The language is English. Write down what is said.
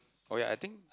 oh ya I think